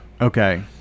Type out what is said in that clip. Okay